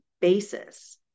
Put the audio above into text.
basis